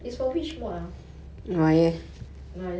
ya I know what you mean